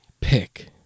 pick